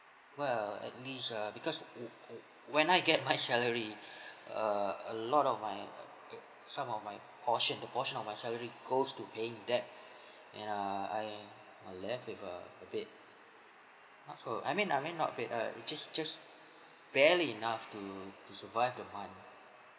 well at least ah because when I get my salary a a lot of my some of my portion the portion of my salary goes to paying debt and err I uh left with a a bit not so I mean I mean not bit uh it just just barely enough to to survive the month